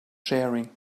sharing